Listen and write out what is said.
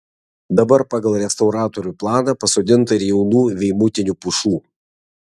dabar pagal restauratorių planą pasodinta ir jaunų veimutinių pušų